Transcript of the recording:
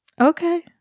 Okay